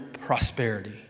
prosperity